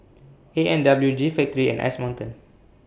A and W G Factory and Ice Mountain